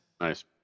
Nice